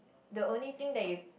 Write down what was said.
the only thing that you